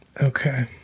Okay